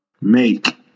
make